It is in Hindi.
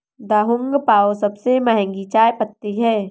दहुंग पाओ सबसे महंगी चाय पत्ती है